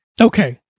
Okay